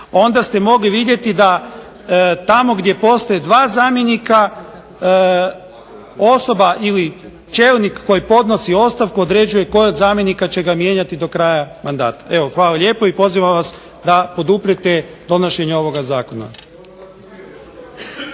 onda ste mogli vidjeti da tamo gdje postoje dva zamjenika, osoba ili čelnik koji podnosi ostavku određuje koji od zamjenika će ga mijenjati do kraja mandata. Evo hvala lijepo, i pozivam vas da poduprete donošenje ovoga zakona.